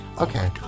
Okay